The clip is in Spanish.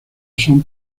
son